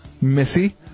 Missy